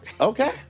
Okay